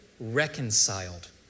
reconciled